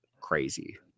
crazy